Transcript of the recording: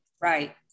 Right